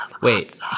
wait